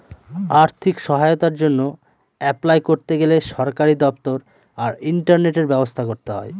আর্থিক সহায়তার জন্য অ্যাপলাই করতে গেলে সরকারি দপ্তর আর ইন্টারনেটের ব্যবস্থা করতে হয়